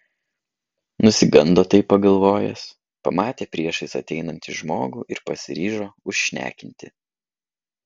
nusigando taip pagalvojęs pamatė priešais ateinanti žmogų ir pasiryžo užšnekinti